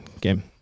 game